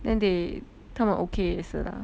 then they 他们 okay 也是 lah